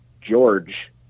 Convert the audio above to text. George